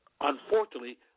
unfortunately